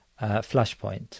flashpoint